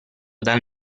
dal